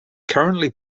currently